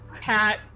pat-